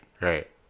Right